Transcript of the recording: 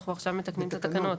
אנחנו עכשיו מתקנים את התקנות.